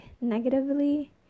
negatively